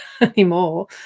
anymore